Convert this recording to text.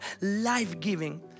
life-giving